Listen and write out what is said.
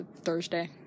Thursday